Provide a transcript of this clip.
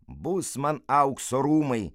bus man aukso rūmai